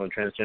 transgender